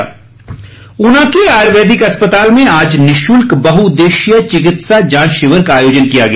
शिविर ऊना के आयुर्वेदिक अस्पताल में आज निशुल्क बहुउदेश्यीय चिकित्सा जांच शिविर का आयोजन किया गया